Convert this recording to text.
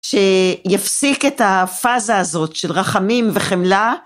שיפסיק את הפאזה הזאת של רחמים וחמלה.